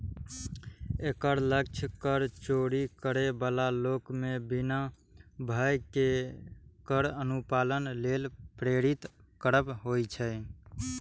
एकर लक्ष्य कर चोरी करै बला लोक कें बिना भय केर कर अनुपालन लेल प्रेरित करब होइ छै